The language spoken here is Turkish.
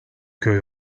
köy